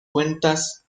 cuentas